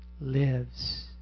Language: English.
lives